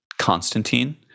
Constantine